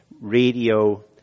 Radio